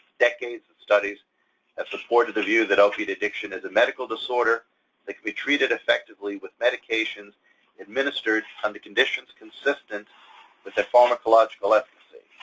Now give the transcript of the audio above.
decades of studies have supported the view that opioid addiction is a medical disorder that can be treated effectively with medication administered under conditions consistent with a pharmacological efficacy.